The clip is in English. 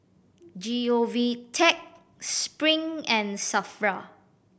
G O V Tech Spring and SAFRA